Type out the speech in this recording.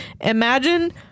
Imagine